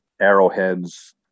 arrowheads